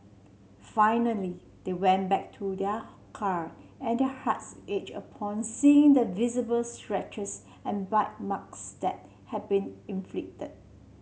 finally they went back to their car and their hearts upon seeing the visible scratches and bite marks that had been inflicted